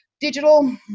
digital